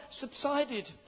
subsided